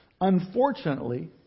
Unfortunately